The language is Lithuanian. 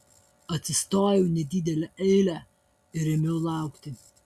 atsistojau į nedidelę eilę ir ėmiau laukti